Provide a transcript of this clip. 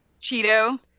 cheeto